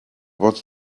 was